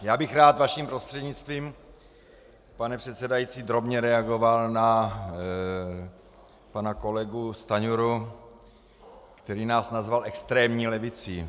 Já bych rád vaším prostřednictvím, pane předsedající, drobně reagoval na pana kolegu Stanjuru, který nás nazval extrémní levicí.